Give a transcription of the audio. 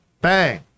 bang